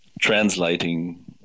translating